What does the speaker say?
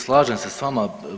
Slažem se s vama.